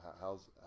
how's